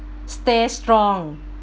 stay strong